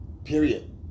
Period